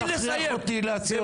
אל תכריח אותי להוציא אותך.